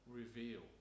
reveal